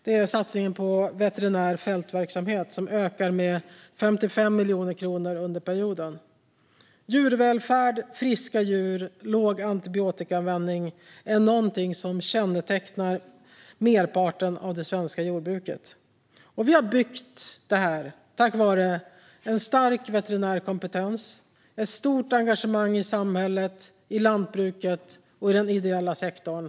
Det gäller satsningen på veterinär fältverksamhet, som ökar med 55 miljoner kronor under perioden. Djurvälfärd, friska djur och låg antibiotikaanvändning kännetecknar merparten av svenskt jordbruk. Vi har byggt upp det tack vare stark veterinärkompetens och stort engagemang i samhället, lantbruket och den ideella sektorn.